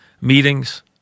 meetings